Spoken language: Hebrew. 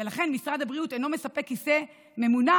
ולכן, משרד הבריאות אינו מספק כיסא ממונע